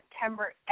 September